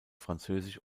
französisch